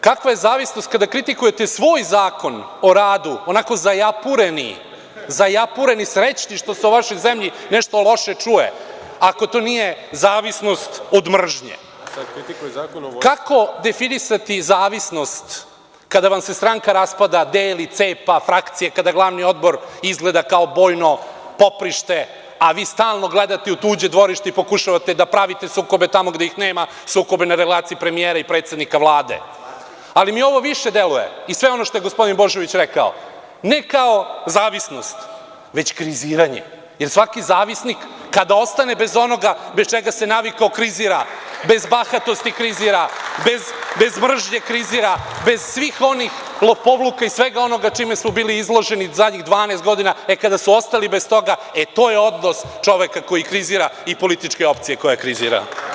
Kakva je zavisnost kada kritikujete svoj Zakon o radu, onako zajapureni, srećni što se o vašoj zemlji nešto loše čuje, ako to nije zavisnost od mržnje, kako definisati zavisnost kada vam se stranka raspada, deli, cepa, frakcije, kada glavni odbor izgleda kao bojno poprište, a vi stalno gledate u tuđe dvorište i pokušavate da pravite sukobe tamo gde ih nema, sukobe na relaciji premijera i predsednika Vlade, ali mi ovo više deluje i sve ono što je gospodin Božović rekao, ne kao zavisnost, već kriziranje, jer svaki zavisnik kada ostane bez onoga, bez čega se navikao, krizira, bez bahatosti krizira, bez mržnje krizira, bez svih onih lopovluka i svega onoga čime su bili izloženi zadnjih 12 godina i kada su ostali bez toga, to je odnos čoveka koji krizira i političke opcije koja krizira.